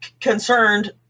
concerned